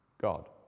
God